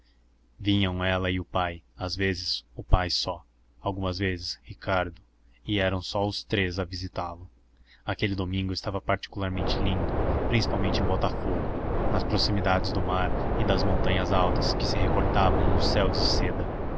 vinham ela e o pai às vezes o pai só algumas vezes ricardo e eram só os três a visitá-lo aquele domingo estava particularmente lindo principalmente em botafogo nas proximidades do mar e das montanhas altas que se recortavam num céu de seda